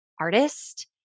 artist